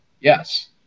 Yes